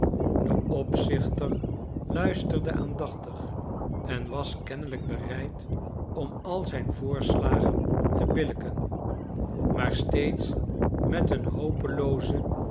de opzichter luisterde aandachtig en was kennelijk bereid om al zijn voorslagen te billijken maar steeds met een hopelooze